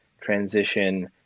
transition